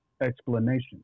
explanation